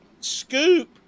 scoop